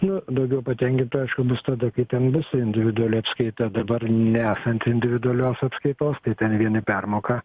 nu daugiau patenkintų aišku bus tada kai ten bus individuali apskaita dabar nesant individualios apskaitos tai ten vieni permoka